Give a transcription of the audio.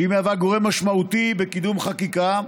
שהיא גורם משמעותי בקידום חקיקה,